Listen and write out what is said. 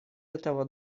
этого